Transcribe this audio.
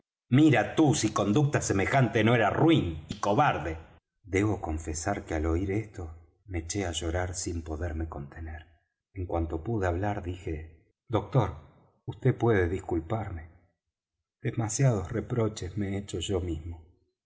mira tú si conducta semejante no era ruin y cobarde debo confesar que al oir esto me eché á llorar sin poderme contener en cuanto pude hablar dije doctor vd puede disculparme demasiados reproches me he hecho yo mismo